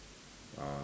uh